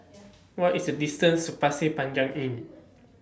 What IS The distance to Pasir Panjang Inn